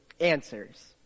answers